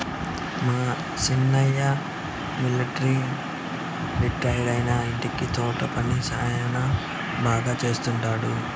మా సిన్నాయన మిలట్రీ రిటైరైనా ఇంటి తోట పని శానా బాగా చేస్తండాడు